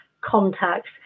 contacts